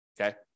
okay